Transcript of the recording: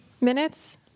minutes